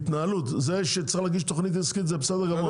זה שצריך להגיש תכנית עסקית זה בסדר גמור,